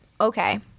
Okay